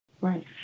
Right